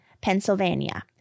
Pennsylvania